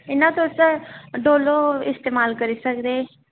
एह् ना तुस डोलो इस्तमाल करी सकदे